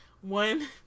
one